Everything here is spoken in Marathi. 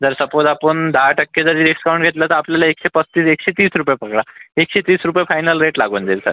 जर सपोज आपण दहा टक्के जरी डिस्काऊंट घेतला तर आपल्याला एकशे पस्तीस एकशे तीस रुपये पकडा एकशे तीस रुपये फायनल रेट लागून जाईल सर